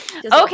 Okay